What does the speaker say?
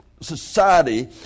society